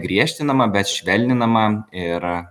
griežtinama bet švelninama ir